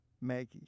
Maggie